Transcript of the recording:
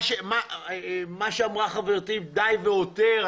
מה שאמרה חברתי די והותר,